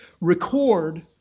record